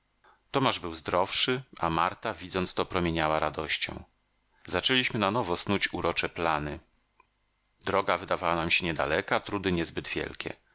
tomasz był zdrowszy a marta widząc to promieniała radością zaczęliśmy na nowo snuć urocze plany droga wydawała nam się niedaleka trudy niezbyt wielkie